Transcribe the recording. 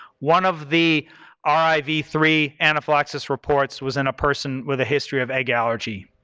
one of the r i v three anaphylaxis reports was in a person with a history of egg allergy.